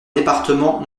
départements